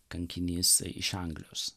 kankinys iš anglijos